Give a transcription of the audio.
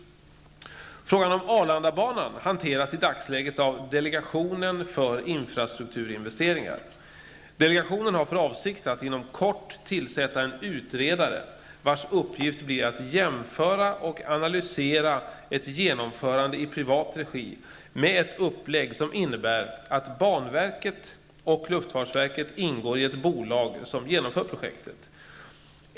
Frågan om Arlandabanan hanteras i dagsläget av delegationen för infrastrukturinvesteringar. Delegationen har för avsikt att inom kort tillsätta en utredare vars uppgift blir att jämföra och analysera ett genomförande i privat regi med ett upplägg som innebär att banverket och luftfartsverket ingår i ett bolag som genomför projektet.